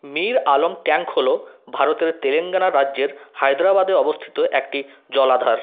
Mir Alam tank হলো ভারতের তেলেঙ্গানা রাজ্যের হায়দ্রাবাদে অবস্থিত একটি জলাধার